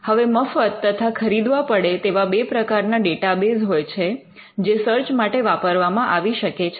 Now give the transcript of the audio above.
હવે મફત તથા ખરીદવા પડે તેવા બે પ્રકારના ડેટાબેઝ હોય છે જે સર્ચ માટે વાપરવામાં આવી શકે છે